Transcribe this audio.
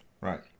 right